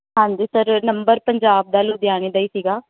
ਹਾਂਜੀ sir number Punjab ਦਾ ਲੁਧਿਆਣੇ ਦਾ ਹੀ ਸੀਗਾ